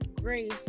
grace